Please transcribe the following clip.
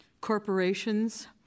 corporations